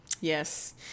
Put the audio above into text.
Yes